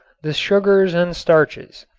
the sugars and starches.